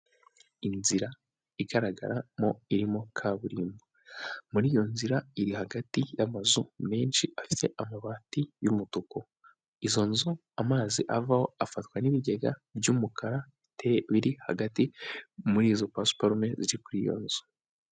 Inzira igaragaramo, irimo kaburimbo, muri iyo nzira iri hagati y'amazu menshi afite amabati y'umutuku, izo nzu amazi avaho afatwa n'ibigega by'umukara, biri hagati muri izo pasiparume ndetse muri iyo nzu.